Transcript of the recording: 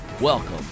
Welcome